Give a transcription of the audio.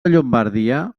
llombardia